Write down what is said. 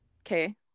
Okay